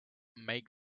make